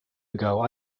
ago